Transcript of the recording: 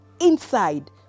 inside